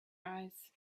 eyes